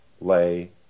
lay